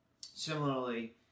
Similarly